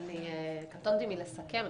קטונתי מלסכם.